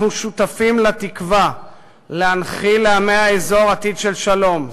אנחנו שותפים לתקווה להנחיל לעמי האזור עתיד של שלום,